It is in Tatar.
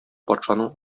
патшаның